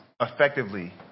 effectively